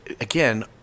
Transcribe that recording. again